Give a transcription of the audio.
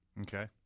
Okay